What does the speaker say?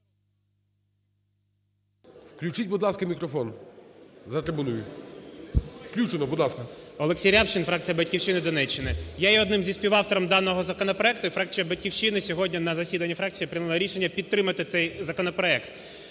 Включіть, будь ласка, мікрофон за трибуною. Включено, будь ласка. 16:18:24 РЯБЧИН О.М. Олексій Рябчин, фракція "Батьківщина", Донеччина. Я є одним із співавторів даного законопроекту, і фракція "Батьківщина" сьогодні на засіданні фракції прийняла рішення підтримати цей законопроект.